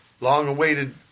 Long-awaited